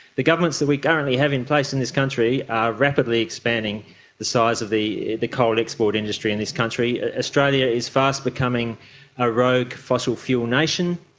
the governments that we currently have in place in this country are rapidly expanding the size of the the coal export industry in this country. australia is fast becoming a rogue fossil fuel nation.